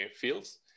fields